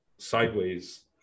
sideways